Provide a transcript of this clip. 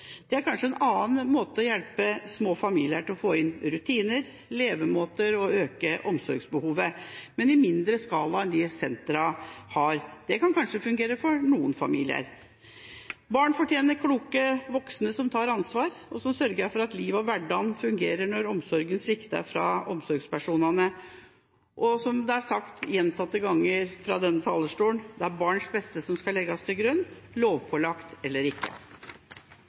Det er også en måte å hjelpe familier til å få inn rutiner og levemåter og øke omsorgsevnen på, men i mindre skala enn sentrene. Det kan kanskje fungere for noen familier. Barn fortjener kloke voksne som tar ansvar, og som sørger for at livet og hverdagen fungerer når omsorgen svikter fra omsorgspersonene. Og, som det er sagt gjentatte ganger fra denne talerstolen: Det er barns beste som skal legges til grunn, lovpålagt eller ikke.